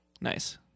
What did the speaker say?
Nice